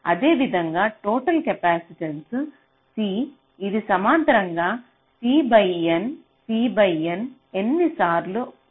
అదేవిధంగా total capacitance C ఇది సమాంతరంగా C by N C by N N సార్లు ఉంటుంది